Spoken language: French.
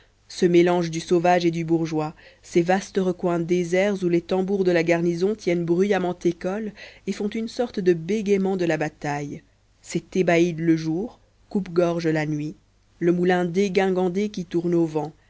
ce mélange du sauvage et du bourgeois ces vastes recoins déserts où les tambours de la garnison tiennent bruyamment école et font une sorte de bégayement de la bataille ces thébaïdes le jour coupe-gorge la nuit le moulin dégingandé qui tourne au vent